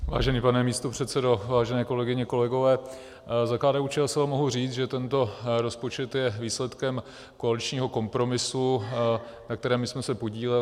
Vážený pane místopředsedo, vážené kolegyně, kolegové, za KDUČSL mohu říct, že tento rozpočet je výsledkem koaličního kompromisu, na kterém jsme se podíleli.